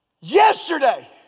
yesterday